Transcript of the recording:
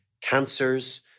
cancers